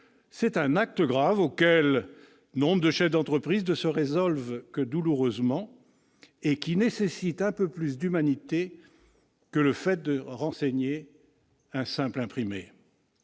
C'est un acte grave auquel nombre de chefs d'entreprise ne se résolvent que douloureusement et qui nécessite un peu plus d'humanité que le fait de renseigner un simple imprimé.